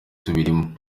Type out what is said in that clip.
tubirimo